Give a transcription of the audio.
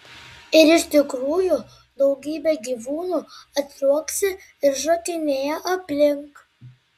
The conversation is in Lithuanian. ir iš tikrųjų daugybė gyvūnų atliuoksi ir šokinėja aplink